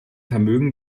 vermögen